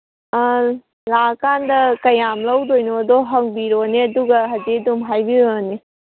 ꯑꯥ ꯂꯥꯛꯑꯀꯥꯟꯗ ꯀꯌꯥꯝ ꯂꯧꯗꯣꯏꯅꯣ ꯍꯪꯕꯤꯔꯣꯅꯦ ꯑꯗꯨꯒ ꯍꯧꯖꯤꯛ ꯑꯗꯨꯝ ꯍꯥꯏꯕꯤꯔꯣꯅꯦ